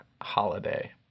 holiday